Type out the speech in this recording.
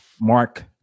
mark